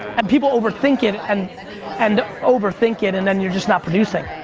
and people overthink it and and overthink it and then you're just not producing.